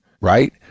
right